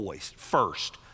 first